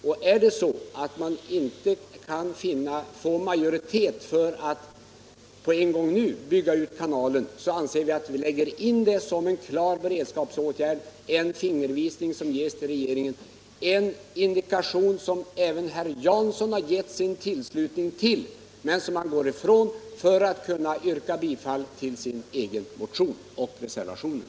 Och är det så att man inte kan få majoritet för att nu på en gång bygga ut kanalen, så anser vi att man bör lägga in den möjligheten som en klar beredskapsåtgärd, en fingervisning som ges till regeringen — en indikation som även herr Jansson har anslutit sig till men som han går ifrån för att kunna yrka bifall till sin egen motion och till reservationen.